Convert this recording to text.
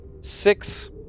six